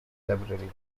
library